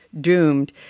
doomed